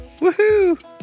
Woohoo